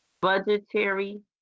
budgetary